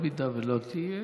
אם לא תהיה,